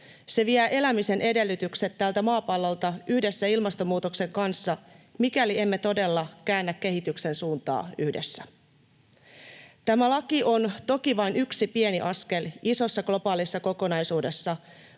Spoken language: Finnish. Se vie elämisen edellytykset tältä maapallolta yhdessä ilmastonmuutoksen kanssa, mikäli emme todella käännä kehityksen suuntaa yhdessä. Tämä laki on toki vain yksi pieni askel isossa, globaalissa kokonaisuudessa,